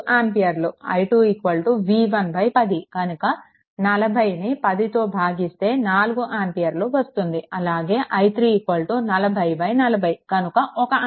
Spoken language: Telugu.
i2 v1 10 కనుక 40ను 10 తో భాగిస్తే 4 ఆంపియర్లు వస్తుంది అలాగే i3 4040 కనుక 1 ఆంపియర్